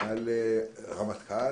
על רמטכ"ל.